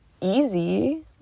easy